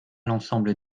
l’ensemble